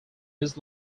his